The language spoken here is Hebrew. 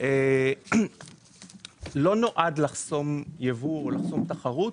לא נועד לחסום ייבוא או לחסום תחרות,